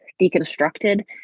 deconstructed